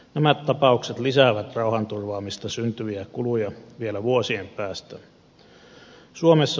nämä tapaukset lisäävät rauhanturvaamisesta syntyviä kuluja vielä vuosien päästä